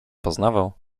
poznawał